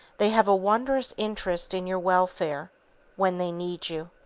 they have a wondrous interest in your welfare when they need you.